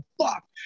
fuck